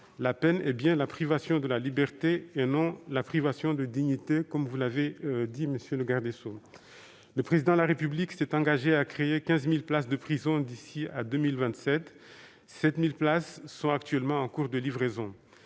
la peine est bien la privation de la liberté, et non la privation de la dignité, comme vous l'avez indiqué, monsieur le garde des sceaux. Le Président de la République s'est engagé à créer 15 000 places de prison d'ici à 2027 ; 7 000 sont en cours de livraison.